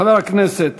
חבר הכנסת